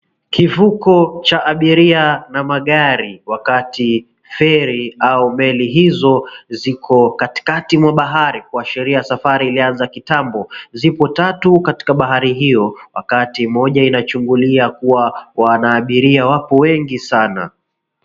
Kivuko cha abiria na magari, wakati ferry au meli hizo ziko katikati mwa bahari kuashiria kwamba safari ilianza kitambo. Ziko tatu katika bahari hiyo wakati moja inachungulia kuwa wanaabiria wapo wengi sana.